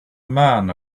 man